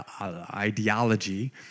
ideology